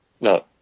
No